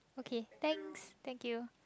okay thanks thank you